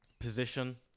position